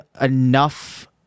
enough